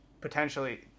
potentially